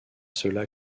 cela